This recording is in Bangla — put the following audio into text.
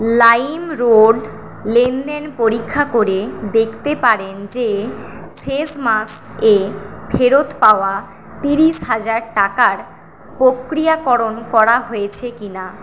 লাইমরোড লেনদেন পরীক্ষা করে দেকতে পারেন যে শেষ মাস এ ফেরত পাওয়া তিরিশ হাজার টাকার প্রক্রিয়াকরণ করা হয়েছে কি না